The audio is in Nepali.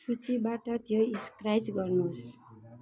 सूचीबाट त्यो स्क्र्याच गर्नुहोस्